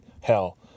hell